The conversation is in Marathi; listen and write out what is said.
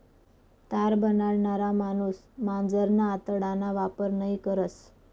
तार बनाडणारा माणूस मांजरना आतडाना वापर नयी करस